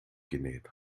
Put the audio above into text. genäht